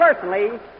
personally